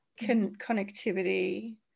connectivity